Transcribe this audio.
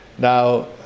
Now